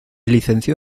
licenció